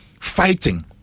fighting